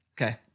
Okay